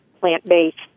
plant-based